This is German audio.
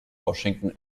washington